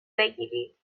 بگیرید